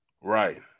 Right